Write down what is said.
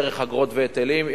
דרך אגרות והיטלים,